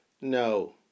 No